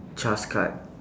CHAS card